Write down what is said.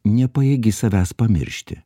nepajėgi savęs pamiršti